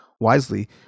wisely